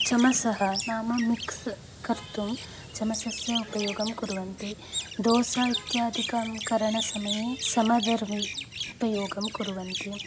चमसः नाम मिक्स् कर्तुं चमसस्य उपयोगं कुर्वन्ति दोसा इत्यादिकं करणसमये समदर्वी उपयोगं कुर्वन्ति